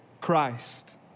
Christ